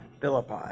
Philippi